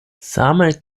same